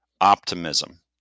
optimism